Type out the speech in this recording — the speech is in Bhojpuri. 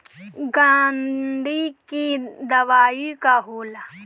गंधी के दवाई का होला?